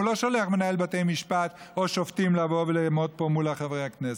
הוא לא שולח את מנהל בתי משפט או שופטים לבוא ולעמוד פה מול חברי הכנסת.